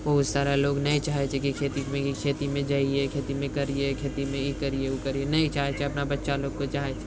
बहुत सारा लोक नहि चाहे छै कि खेतीमे खेतीमे जाइयै खेतीमे करियै खेतीमे ई करियै ओ करियै नहि चाहे छै अपना बच्चा लोकके चाहे